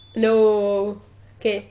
no kay